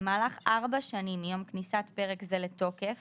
במהלך ארבע שנים מיום כניסת פרק זה לתוקף